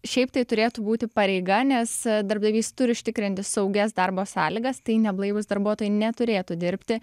šiaip tai turėtų būti pareiga nes darbdavys turi užtikrinti saugias darbo sąlygas tai neblaivūs darbuotojai neturėtų dirbti